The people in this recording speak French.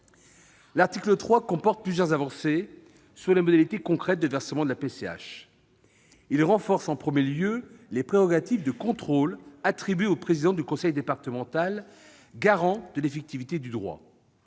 L'article 3 comporte plusieurs avancées sur les modalités concrètes de versement de la PCH. Il renforce en premier lieu les prérogatives de contrôle attribuées au président du conseil départemental, garant de l'effectivité du droit.